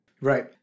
Right